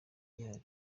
gihari